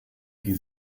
die